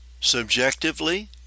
Subjectively